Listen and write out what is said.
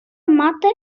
мати